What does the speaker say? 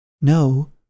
No